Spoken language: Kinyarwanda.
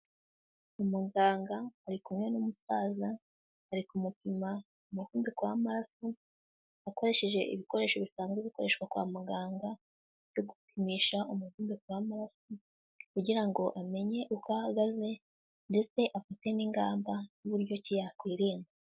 Umuganga ari kumwe n'umusaza ari kumupima umuvuduko w'amaraso akoresheje ibikoresho bisanzwe bikoreshwa kwa muganga byo gupimisha umuvuduko w'amaraso kugira ngo amenye uko ahagaze, ndetse afite n'ingamba z'uburyo ki yakwirinda.